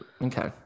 Okay